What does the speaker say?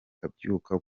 akabyuka